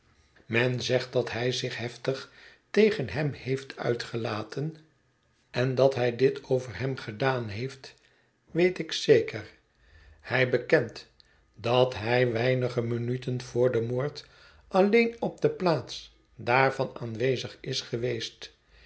men zegt dat hij zich heftig tegen hem heeft uitgelaten en dat hij dit mijnheer george verklaart zijne zaak over hem gedaan heeft weet ik zeker hij bekent dat hij weinige minuten voor den moord alleen op de plaats daarvan aanwezig is geweest